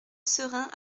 serein